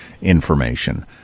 information